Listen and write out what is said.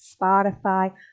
Spotify